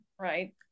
right